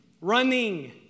Running